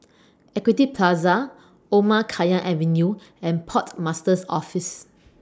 Equity Plaza Omar Khayyam Avenue and Port Master's Office